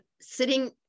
sitting